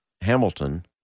Hamilton